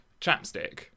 chapstick